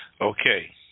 Okay